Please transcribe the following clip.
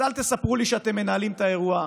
אז אל תספרו לי שאתם מנהלים את האירוע,